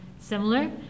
similar